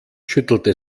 schüttelte